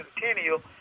centennial